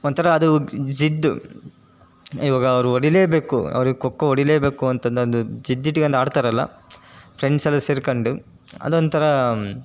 ಒಂಥರ ಅದು ಜಿದ್ದು ಇವಾಗ ಅವರು ಹೊಡಿಲೇಬೇಕು ಅವ್ರಿಗೆ ಖೊ ಖೋ ಹೊಡಿಲೇಬೇಕು ಅಂತಂದು ಅಂದು ಜಿದ್ದಿಟ್ಗಂಡ್ ಆಡ್ತಾರಲ್ಲ ಫ್ರೆಂಡ್ಸ್ ಎಲ್ಲ ಸೇರ್ಕೊಂಡು ಅದು ಒಂಥರ